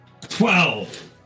twelve